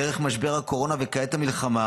דרך משבר הקורונה וכעת המלחמה